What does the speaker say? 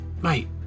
Mate